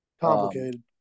Complicated